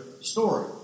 story